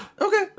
Okay